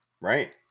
right